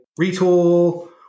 Retool